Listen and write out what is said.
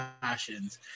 passions